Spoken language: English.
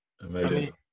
Amazing